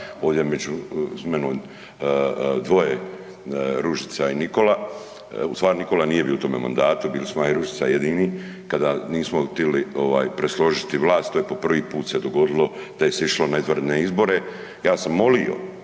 ovdje je sa mnom dvoje Ružica i Nikola, ustvari Nikola nije bio u tome mandatu, bili smo ja i Ružica jedini kada nismo htjeli presložiti vlast. To se po prvi puta dogodilo da je se išlo na izvanredne izbore. Ja sam molio,